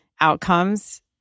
outcomes